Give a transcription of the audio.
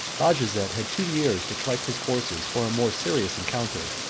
bajazet had two years to collect his forces for a more serious encounter.